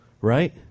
Right